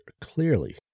clearly